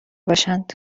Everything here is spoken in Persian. باشند